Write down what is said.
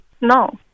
No